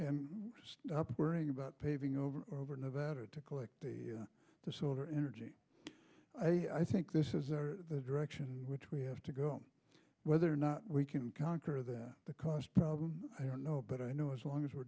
and stop worrying about paving over or over nevada to collect the solar energy i think this is the direction in which we have to go whether or not we can conquer that the cost problem i don't know but i know as long as we're